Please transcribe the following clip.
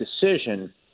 decision